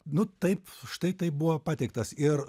nu taip štai taip buvo pateiktas ir